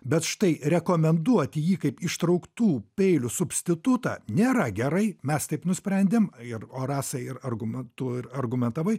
bet štai rekomenduoti jį kaip ištrauktų peilių substitutą nėra gerai mes taip nusprendėm ir o rasa ir argumentų ir argumentavai